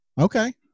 Okay